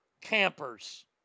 campers